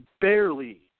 barely